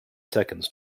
seconds